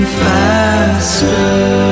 faster